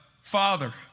father